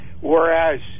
Whereas